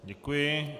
Děkuji.